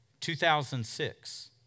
2006